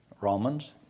Romans